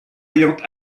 ayant